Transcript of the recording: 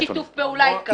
בלי שיתוף פעולה, התכוונת.